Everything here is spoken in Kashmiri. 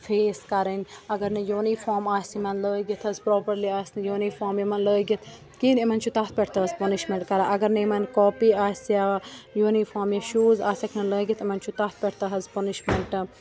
فیس کَرٕنۍ اگر نہٕ یوٗنیٖفارم آسہِ یِمَن لٲگِتھ حظ پرٛاپَرلی آسہِ نہٕ یوٗنیٖفارم یِمَن لٲگِتھ کِہیٖنۍ یِمَن چھُ تَتھ پٮ۪ٹھ تہِ حظ پٕنِشمٮ۪نٛٹ کَران اگر نہٕ یِمَن کاپی آسہِ یا یوٗنیٖفارم یا شوٗز آسٮ۪کھ نہٕ لٲگِتھ یِمَن چھُ تَتھ پٮ۪ٹھ تہِ حظ پٕنِشمٮ۪نٛٹ